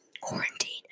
Quarantine